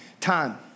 time